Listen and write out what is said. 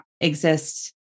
exist